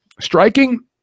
Striking